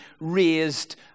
raised